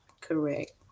Correct